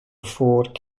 afford